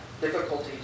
Difficulties